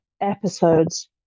episodes